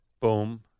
boom